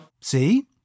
See